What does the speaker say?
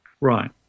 right